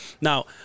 Now